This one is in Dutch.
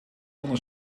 onder